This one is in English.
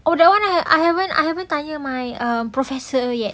oh that one I I haven't I haven't tanya my um professor yet